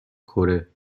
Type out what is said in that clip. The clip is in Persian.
کره